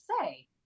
say